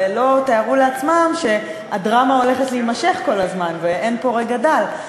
ולא תיארו לעצמם שהדרמה הולכת להימשך כל הזמן ואין פה רגע דל.